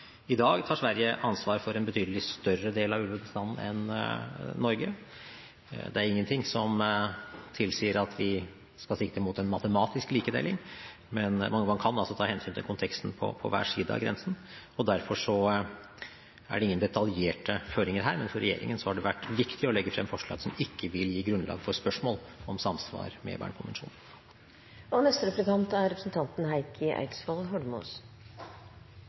I dag tar Sverige ansvar for en betydelig større del av ulvebestanden enn Norge. Det er ingenting som tilsier at vi skal sikte mot en matematisk likedeling, men man kan altså ta hensyn til konteksten på hver side av grensen. Derfor er det ingen detaljerte føringer her, men for regjeringen har det vært viktig å legge frem forslag som ikke vil gi grunnlag for spørsmål om samsvar med